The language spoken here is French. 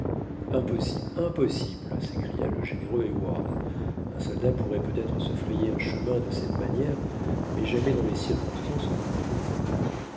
impossible impossible s'écria le généreux heyward un soldat pourrait peut-être se frayer un chemin de cette manière mais jamais dans les circonstances où nous nous trouvons